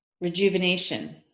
rejuvenation